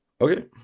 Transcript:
okay